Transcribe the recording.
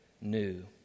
new